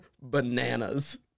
bananas